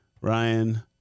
Ryan